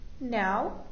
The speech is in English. now